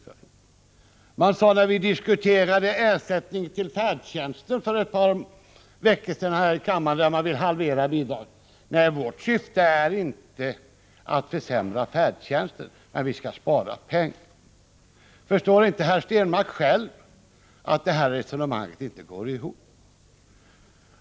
Och man sade, när vi diskuterade anslaget till färdtjänsten för ett par veckor sedan, där moderaterna ville halvera statsbidraget: Vårt syfte är inte att försämra färdtjänsten, men vi skall spara Nr 153 pengar. z 6 S Onsdagen den Förstår inte herr Stenmarck att detta resonemang inte går ihop?